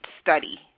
Study